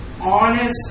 honest